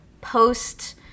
post